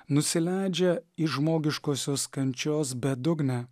nusileidžia į žmogiškosios kančios bedugnę